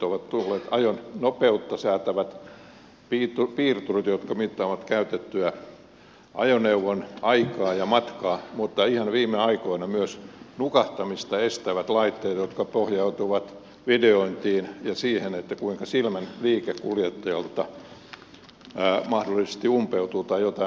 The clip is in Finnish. ovat tulleet ajonopeutta säätävät piirturit jotka mittaavat käytettyä ajoneuvon aikaa ja matkaa mutta ihan viime aikoina myös nukahtamista estävät laitteet jotka pohjautuvat videointiin ja siihen kuinka silmän liike kuljettajalta mahdollisesti umpeutuu tai jotain muuta vastaavaa